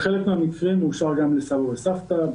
בחלק מהמקרים מאושר גם לסבא וסבתא,